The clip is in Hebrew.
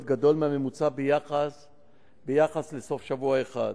גדול מהממוצע ביחס לסוף שבוע אחד.